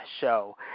show